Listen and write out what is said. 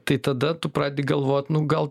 tai tada tu pradedi galvot nu gal